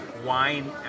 wine